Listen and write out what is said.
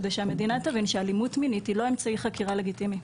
כדי שהמדינה תבין שאלימות מינית היא לא אמצעי חקירה לגיטימי.